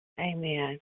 Amen